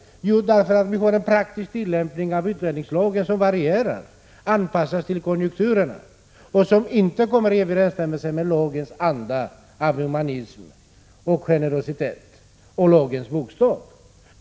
Jo, därför att vi har en praktisk tillämpning av utlänningslagen, som varierar och anpassas till konjunkturerna och som inte står i överensstämmelse med lagens anda av humanism och generositet eller med lagens bokstav.